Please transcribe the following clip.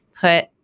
put